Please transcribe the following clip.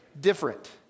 different